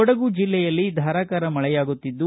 ಕೊಡಗು ಜಿಲ್ಲೆಯಲ್ಲಿ ಧಾರಾಕಾರ ಮಳೆಯಾಗುತಿದ್ದು